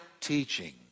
teaching